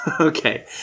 Okay